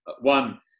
one